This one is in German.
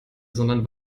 sondern